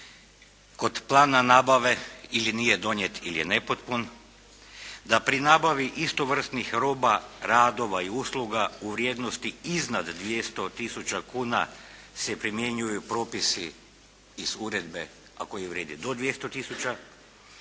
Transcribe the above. kod plana nabave ili nije donijet ili je nepotpun, da pri nabavi istovrsnih roba, radova i usluga u vrijednosti iznad 200 tisuća kuna se primjenjuju propisi iz uredbe, a koji vrijedi do 200 tisuća,